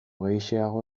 gehixeago